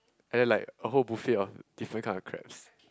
and then like a whole buffet of different kind of crabs